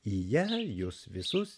į ją jus visus